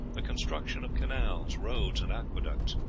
the construction of canals, roads, and aqueducts,